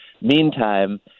Meantime